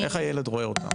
איך הילד רואה אותם?